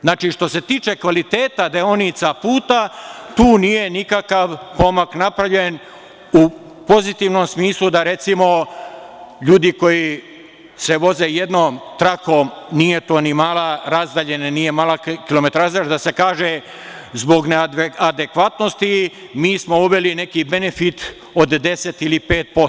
Znači, što se tiče kvaliteta deonica puta tu nije nikakav pomak napravljen u pozitivnom smislu, da recimo, ljudi koji se voze jednom trakom, nije to ni mala razdaljina, nije mala kilometraža, da se kaže - zbog neadekvatnosti mi smo uveli neki benefit od 10 ili 5%